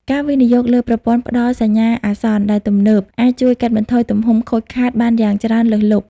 ការវិនិយោគលើ ប្រព័ន្ធផ្ដល់សញ្ញាអាសន្ន ដែលទំនើប អាចជួយកាត់បន្ថយទំហំខូចខាតបានយ៉ាងច្រើនលើសលប់។